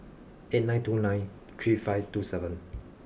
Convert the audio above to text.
eight nine two nine three five two seven